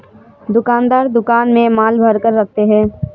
दुकानदार दुकान में माल भरकर रखते है